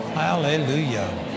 Hallelujah